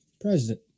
president